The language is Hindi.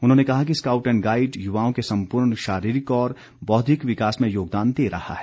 उन्होंने कहा कि स्काउट एंड गाईड युवाओं के स्मपूर्ण शारीरिक और बौद्धिक विकास में योगदान दे रहा है